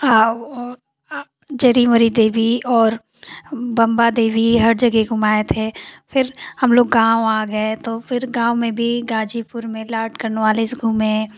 जरीमुरी देवी और बंबा देवी और हर जगह घुमाये थे फिर हम लोग गाँव आ गये तो फिर गाव में भी गाजीपुर में लार्ड कार्नवालिस घूमे